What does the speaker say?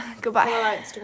goodbye